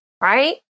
right